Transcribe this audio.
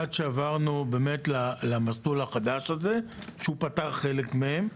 עד שעברנו באמת למסלול החדש שבאמת פתר חלק מהן,